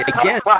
again